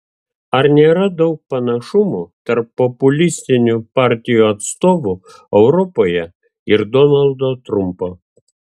ar nėra daug panašumų tarp populistinių partijų atstovų europoje ir donaldo trumpo